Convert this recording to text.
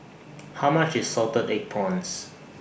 How much IS Salted Egg Prawns